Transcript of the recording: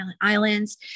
islands